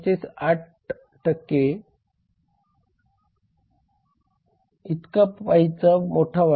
8 इतका पाईचा मोठा वाटा आहे